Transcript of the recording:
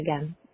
again